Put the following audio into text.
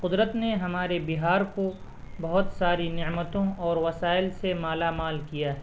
قدرت نے ہمارے بہار کو بہت ساری نعمتوں اور وسائل سے مالا مال کیا ہے